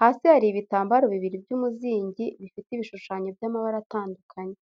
hasi hari ibitambaro bibiri by'umuzingi bifite ibishushanyo by'amabara atandukanye.